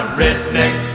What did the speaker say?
redneck